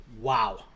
wow